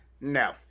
No